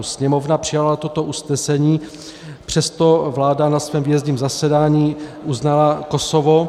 Sněmovna přijala toto usnesení, přesto vláda na svém výjezdním zasedání uznala Kosovo.